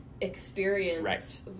experience